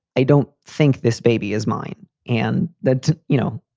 i don't think this baby is mine and that, you know,